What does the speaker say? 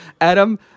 Adam